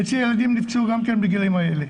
אצלי הילדים נפצעו גם כן בגילאים האלה.